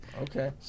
Okay